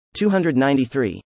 293